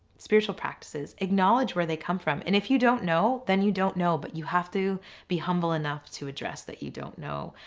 spiritual practices. acknowledge where they come from. and if you don't know then you don't know, but you have to be humble enough to address that you don't know.